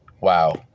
Wow